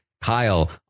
Kyle